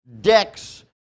decks